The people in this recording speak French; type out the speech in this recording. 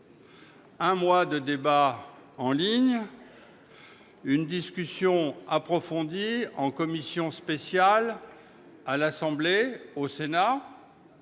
un mois de débats en ligne, une discussion approfondie en commission spéciale à l'Assemblée nationale